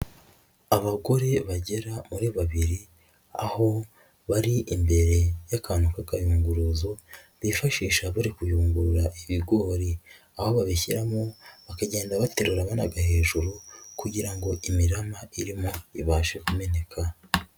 Abagore bagera muri babiri, aho bari imbere y'akantu k'akayunguruzo, bifashisha bari kuyungurura ibigori, aho babishyiramo, bakagenda baterura banagaa hejuru kugira ngo imirama irimo, ibashe kumeneka.